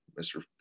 Mr